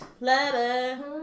letter